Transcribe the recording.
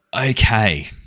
Okay